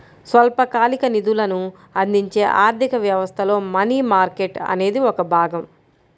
స్వల్పకాలిక నిధులను అందించే ఆర్థిక వ్యవస్థలో మనీ మార్కెట్ అనేది ఒక భాగం